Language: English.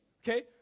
okay